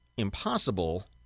impossible